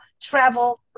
travel